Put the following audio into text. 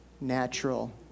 natural